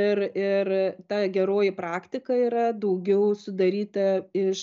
ir ir ta geroji praktika yra daugiau sudaryta iš